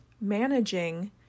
managing